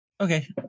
Okay